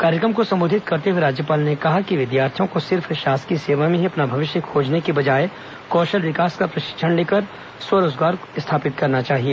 कार्यक्रम को संबोधित करते हुए राज्यपाल ने कहा कि विद्यार्थियों को सिर्फ शासकीय सेवा में ही अपना भविष्य खोजने के बजाय कौशल विकास का प्रशिक्षण लेकर स्व रोजगार स्थापित करना चाहिए